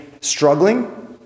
struggling